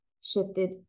shifted